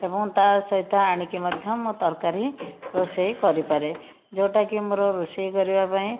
ଏବଂ ତା ସହିତ ଆଣିକି ମଧ୍ୟ ମୁଁ ତରକାରୀ ରୋଷେଇ କରିପାରେ ଯେଉଁଟାକି ମୋର ରୋଷେଇ କରିବା ପାଇଁ